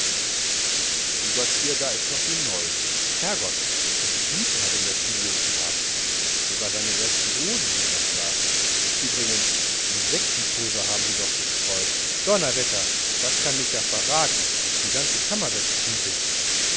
der überzieher da ist noch wie neu herrgott wieviel hüte hat denn der filius gehabt sogar seine ersten hosen sind noch da übrigens insektenpulver haben sie doch gestreut donnerwetter das kann mich ja verraten die ganze kammer wird stinken